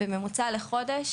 בממוצע לחודש